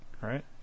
Right